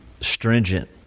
stringent